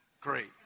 Great